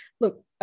look